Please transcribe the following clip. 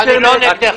אני לא נגדך.